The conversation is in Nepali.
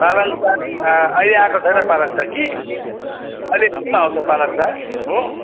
पालङ साग अहिले आएको छैन पालक साग कि अहिले एकछिनमा आउँछ पालक साग हो